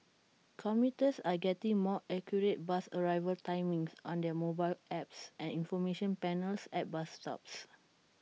commuters are getting more accurate bus arrival timings on their mobile apps and information panels at bus stops